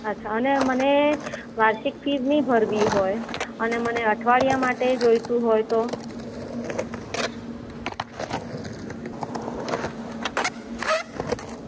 અચ્છા અને મને વાર્ષિક ફીસ નહીં ભરવી હોય અને મને અઠવાડિયા માટે જોઈતું હોય તો